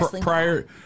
prior